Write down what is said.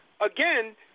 again